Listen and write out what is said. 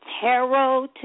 Tarot